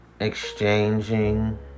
Exchanging